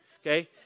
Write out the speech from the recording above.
okay